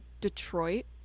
Detroit